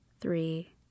three